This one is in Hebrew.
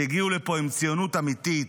שהגיעו לפה עם ציונות אמיתית,